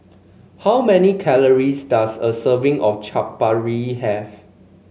how many calories does a serving of Chaat Papri have